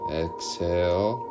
exhale